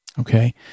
Okay